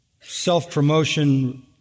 self-promotion